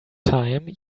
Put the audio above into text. time